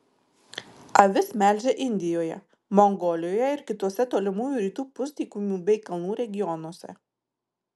avis melžia indijoje mongolijoje ir kituose tolimųjų rytų pusdykumių bei kalnų regionuose